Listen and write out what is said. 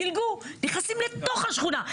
דילגו נכנסים לתוך השכונה,